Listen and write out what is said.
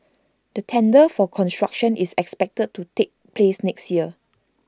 the tender for construction is expected to take place next year